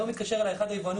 היום התקשר אליי אחד היבואנים,